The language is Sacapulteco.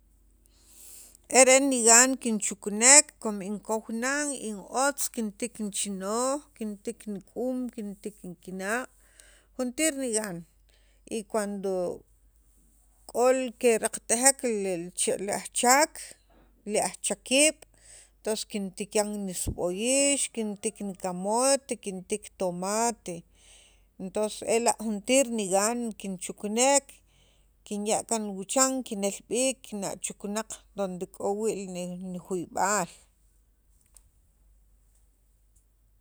re'en nigan kinchuknek com inkow nan in otz kintiik nichinooj, kintiik nik'uum, kintiik nikinaq' juntir nigan y cuando k'ol li kiraqatejek li ajchaak li ajchakiib' tons kintikan niseb'oyiix, kintiik nicamote, kintiik tomate tons ela' juntir nigan kinchukunek kinya' kaan wuchan kinel b'iik kinachukunaq donde k'o wii' nijuyb'aal